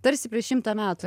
tarsi prieš šimtą metų